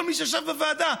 כל מי שישב בוועדה.